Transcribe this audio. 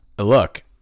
look